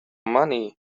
money